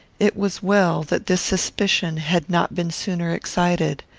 it was well that this suspicion had not been sooner excited.